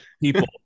people